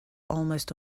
almost